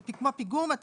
זה כמו פיגום?